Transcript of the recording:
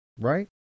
Right